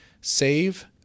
save